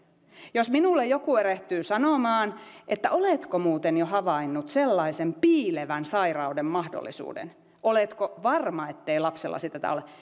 jos minulle joku erehtyy sanomaan että oletko muuten jo havainnut sellaisen piilevän sairauden mahdollisuuden oletko varma ettei lapsellasi tätä ole